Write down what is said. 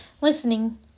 listening